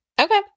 okay